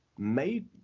made